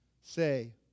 say